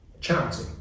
charity